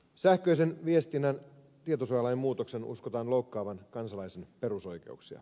sähköisen viestinnän tietosuojalain muutoksen uskotaan loukkaavan kansalaisen perusoikeuksia